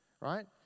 right